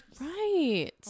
Right